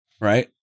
right